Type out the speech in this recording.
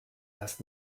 erst